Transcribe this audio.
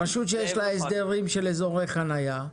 רשות שיש לה הסדרים של אזורי חנייה,